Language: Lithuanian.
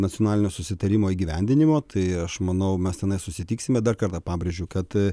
nacionalinio susitarimo įgyvendinimo tai aš manau mes tenai susitiksime dar kartą pabrėžiu kad